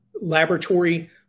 laboratory